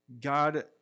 God